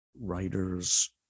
writers